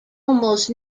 almost